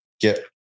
get